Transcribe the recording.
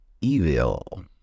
Evil